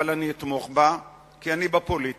אבל אני אתמוך בה, כי אני בפוליטיקה.